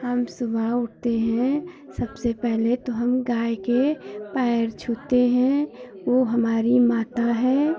हम सुबह उठते हैं सबसे पहले तो हम गाय के पैर छूते हैं वो हमारी माता है